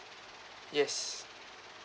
yes